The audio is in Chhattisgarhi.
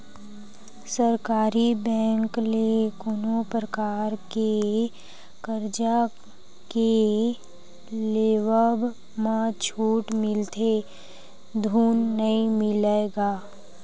सरकारी बेंक ले कोनो परकार के करजा के लेवब म छूट मिलथे धून नइ मिलय गा?